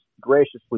graciously